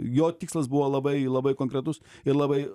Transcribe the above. jo tikslas buvo labai labai konkretus ir labai